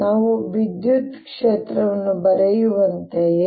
ನಾವು ವಿದ್ಯುತ್ ಕ್ಷೇತ್ರವನ್ನು ಬರೆಯುವಂತೆಯೇ